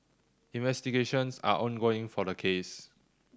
investigations are ongoing for the case